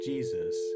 Jesus